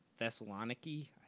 Thessaloniki